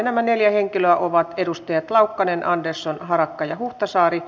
nämä neljä henkilöä ovat edustajat laukkanen andersson harakka ja huhtasaari